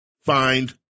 find